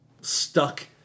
stuck